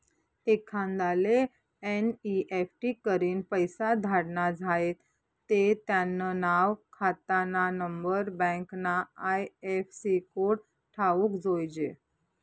एखांदाले एन.ई.एफ.टी करीन पैसा धाडना झायेत ते त्यानं नाव, खातानानंबर, बँकना आय.एफ.सी कोड ठावूक जोयजे